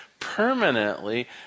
permanently